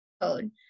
code